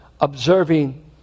observing